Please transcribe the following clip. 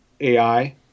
AI